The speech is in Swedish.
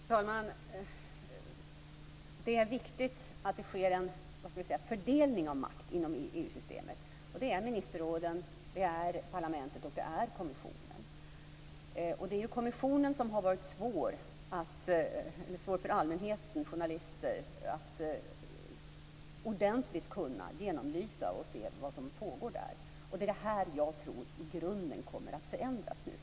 Herr talman! Det är viktigt att det sker en fördelning av makt inom EU-systemet. Det skall ske mellan ministerråden, parlamentet och kommissionen. Kommissionen har varit svår för allmänheten och journalister att genomlysa ordentligt för att se vad som pågår där. Jag tror att detta i grunden kommer att förändras nu.